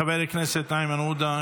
חבר הכנסת איימן עודה,